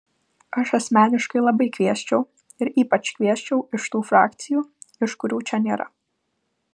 aš asmeniškai labai kviesčiau ir ypač kviesčiau iš tų frakcijų iš kurių čia nėra